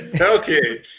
Okay